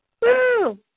Woo